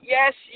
Yes